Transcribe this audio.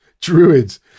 druids